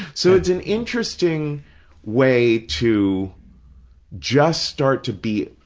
so it's an interesting way to just start to be,